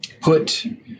put